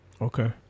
Okay